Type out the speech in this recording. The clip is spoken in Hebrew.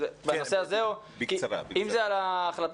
הערה